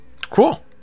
Cool